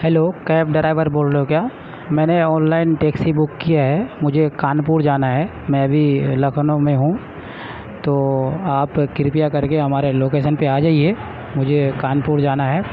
hello cab driver بول رہے ہو کیا میں نے آن لائن ٹیکسی بک کیا ہے مجھے کان پور جانا ہے میں ابھی لکھنؤ میں ہوں تو آپ کرپیا کر کے ہمارے لوکیسن پہ آ جائیے مجھے کان پور جانا ہے